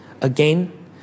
Again